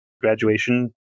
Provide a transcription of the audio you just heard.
graduation